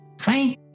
Fine